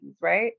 right